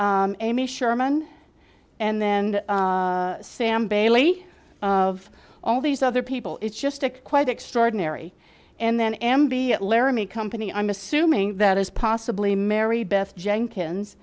sherman and then sam bailey of all these other people it's just a quite extraordinary and then ambient laramie company i'm assuming that is possibly mary beth jenkins